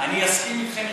אני אסכים איתכם,